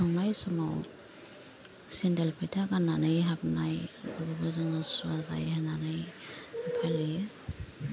संनाय समाव सेन्देल फैथा गाननानै हाबनाय बेफोरखौबो जोङो सुवा जायो होननानै फालियो